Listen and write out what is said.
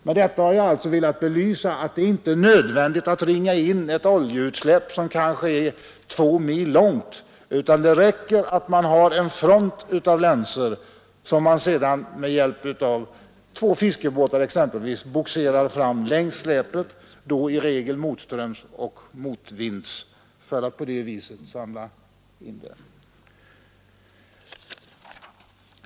Med detta har jag velat belysa det förhållandet att det inte är nödvändigt att ringa in ett oljeutsläpp, som kanske är 2 mil långt, utan att det där räcker med att ha en front av länsor, som man sedan med hjälp av exempelvis två fiskebåtar bogserar fram längs utsläppet — i regel motströms och motvinds — för att samla in oljan.